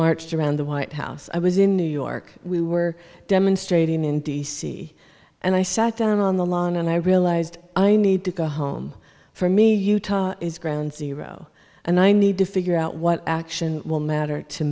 marched around the white house i was in new york we were demonstrating in d c and i sat down on the lawn and i realized i need to go home for me utah is ground zero and i need to figure out what action will matter to